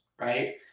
right